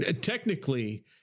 Technically